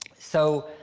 so.